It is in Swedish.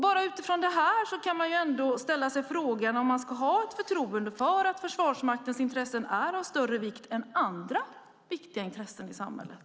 Bara utifrån det här kan man ändå ställa sig frågan om man ska ha ett förtroende för att Försvarsmaktens intressen är av större vikt än andra viktiga intressen i samhället.